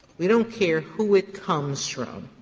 we don't care who it comes from.